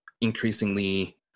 increasingly